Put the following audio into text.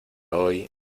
hoy